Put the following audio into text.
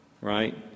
right